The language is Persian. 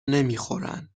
نمیخورن